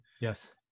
Yes